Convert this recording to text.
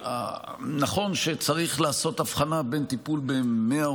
נכון שצריך לעשות הבחנה בין טיפול ב-100,